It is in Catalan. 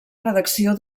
redacció